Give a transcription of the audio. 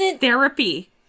therapy